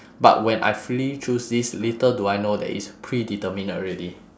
but when I freely choose this little do I know that it's predetermined already